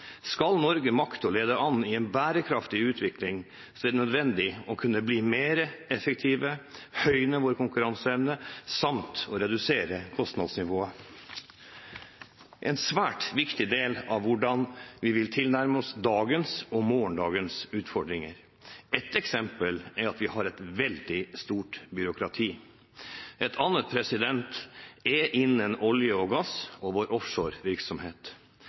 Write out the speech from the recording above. Skal Norge makte å lede an i en bærekraftig utvikling, er det nødvendig å kunne bli mer effektive, høyne vår konkurranseevne samt redusere kostnadsnivået – en svært viktig del av hvordan vi vil kunne tilnærme oss dagens og morgendagens utfordringer. Ett eksempel er at vi har et veldig stort byråkrati, et annet er innen olje og gass og vår